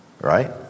right